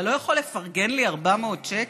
אתה לא יכול לפרגן לי 400 שקל?